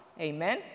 Amen